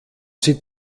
sie